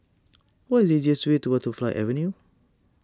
what is the easiest way to Butterfly Avenue